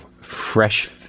fresh